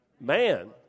man